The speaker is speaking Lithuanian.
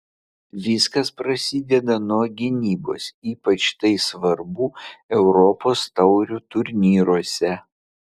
viskas prasideda nuo gynybos ypač tai svarbu europos taurių turnyruose